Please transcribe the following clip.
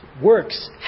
Works